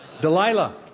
Delilah